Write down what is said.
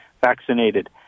vaccinated